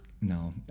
no